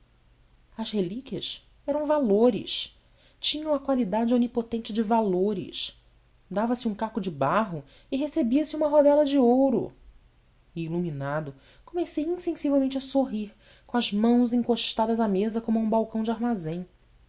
as relíquias eram valores tinham a qualidade onipotente de valores dava-se um caco de barro e recebia se uma rodela de ouro e iluminado comecei insensivelmente a sorrir com as mãos encostadas à mesa como um balcão de armazém